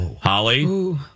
Holly